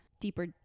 deeper